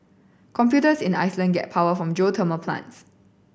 computers in Iceland get power from geothermal plants